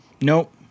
Nope